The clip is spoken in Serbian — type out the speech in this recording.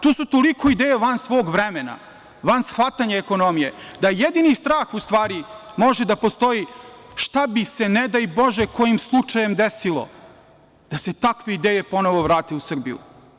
To su toliko ideje van svog vremena, van shvatanja ekonomije, da jedini strah u stvari može da postoji šta bi se, ne daj bože, kojim slučajem desilo da se takve ideje ponovo vrate u Srbiju.